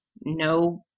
no